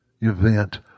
event